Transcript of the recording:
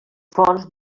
fonts